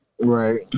Right